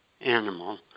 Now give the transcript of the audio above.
animal